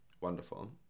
wonderful